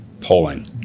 Polling